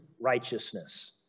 righteousness